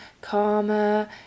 karma